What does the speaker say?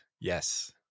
Yes